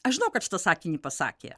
aš žinau kad šitą sakinį pasakė